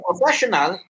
professional